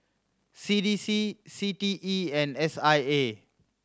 C D C C T E and S I A